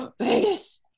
Vegas